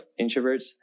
introverts